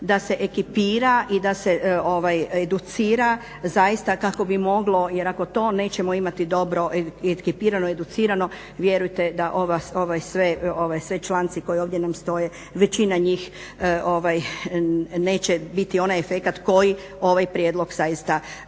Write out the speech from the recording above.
da se ekipira i da se educira zaista kako bi moglo, jer ako to nećemo imati dobro ekipirano, educirano, vjerujte da ove sve članci koji ovdje nam stoje, većina njih neće biti onaj efekat koji ovaj prijedlog zaista